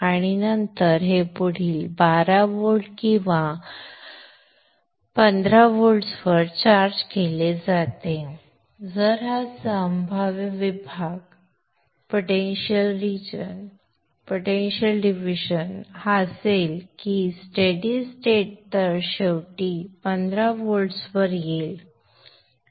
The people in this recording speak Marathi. आणि नंतर हे पुढील 12 व्होल्ट किंवा 15 व्होल्ट्सवर चार्ज केले जाते जर हा संभाव्य विभाग असा असेल की स्टेडि स्टेट त शेवटी 15 व्होल्ट्सवर येईल